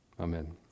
amen